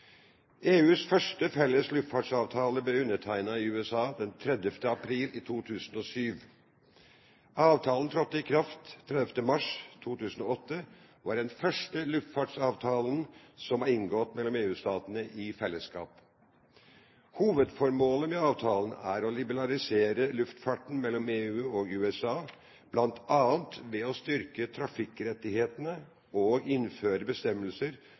EUs første felles luftfartsavtale ble undertegnet med USA den 30. april i 2007. Avtalen trådte i kraft 30. mars 2008 og er den første luftfartsavtalen som er inngått av EU-statene i fellesskap. Hovedformålet med avtalen er å liberalisere luftfarten mellom EU og USA, bl.a. ved å styrke trafikkrettighetene og innføre bestemmelser